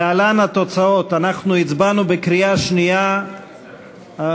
להלן התוצאות, אנחנו הצבענו בקריאה שנייה על